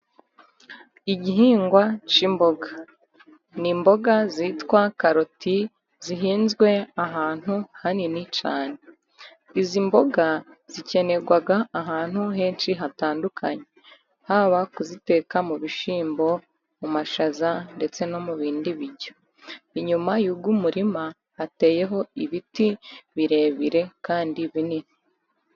Igihingwa cy'imboga. Ni imboga zitwa karoti zihinzwe ahantu hanini cyane. Izi mboga zikenerwa ahantu henshi hatandukanye, haba kuziteka mu bishyimbo, mu mashaza ndetse no mu bindi biryo. Inyuma y'uwo murima hateyeho ibiti birebire kandi binini.